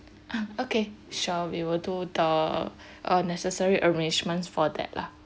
ah okay sure we will do the uh necessary arrangements for that lah